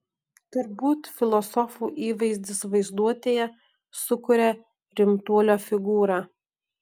turbūt filosofų įvaizdis vaizduotėje sukuria rimtuolio figūrą